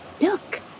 look